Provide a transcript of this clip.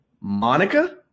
Monica